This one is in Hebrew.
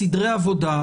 סדרי עבודה,